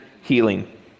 healing